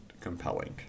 compelling